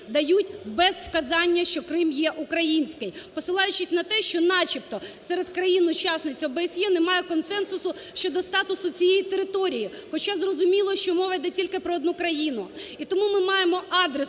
дають без вказання, що Крим є український, посилаючись на те, що начебто серед країн-учасниць ОБСЄ немає консенсусу щодо статусу цієї території. Хоча зрозуміло, що мова йде тільки про одну країну.